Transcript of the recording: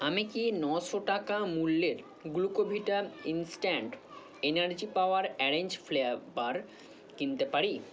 আমি কি নশো টাকা মূল্যের Glucovita instant energy power orange flavour কিনতে পারি